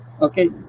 okay